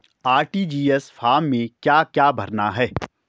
RTGS form में क्या क्या भरना है?